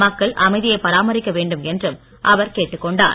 மக்கள் அமைதியை பாராமரிக்க வேண்டும் என்றும் அவர் கேட்டுக்கொண்டார்